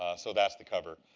so that's the cover.